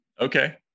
okay